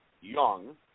young